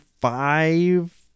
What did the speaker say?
five